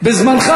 אנא מכם,